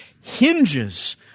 hinges